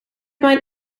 mijn